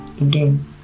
Again